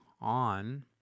on